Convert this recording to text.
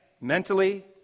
mentally